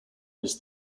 his